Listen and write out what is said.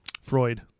Freud